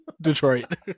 Detroit